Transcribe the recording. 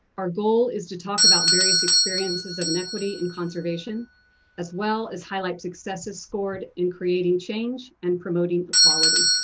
our goal is to talk about various experiences of inequity in conservation as well as highlight successes scored in creating change and promoting equality.